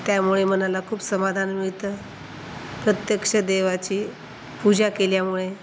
त्यामुळे मनाला खूप समाधान मिळतं प्रत्यक्ष देवाची पूजा केल्यामुळे